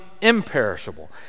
imperishable